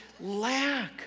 lack